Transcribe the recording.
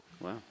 Wow